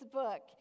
book